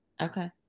Okay